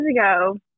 ago